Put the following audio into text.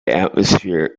atmosphere